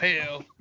hell